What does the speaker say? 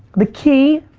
the key.